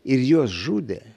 ir juos žudė